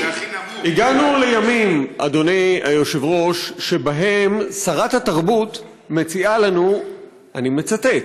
הגענו לימים שבהם שרת התרבות מציעה לנו, אני מצטט: